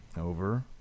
over